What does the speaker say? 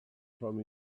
from